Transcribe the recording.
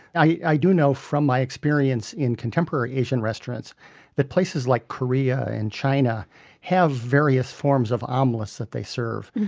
i do know from my experience in contemporary asian restaurants that places like korea and china have various forms of omelets that they serve,